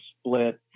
split